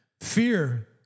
fear